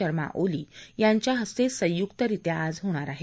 शर्मा ओली यांच्या हस्ते संयुक्तरित्या आज होणार आहे